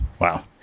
Wow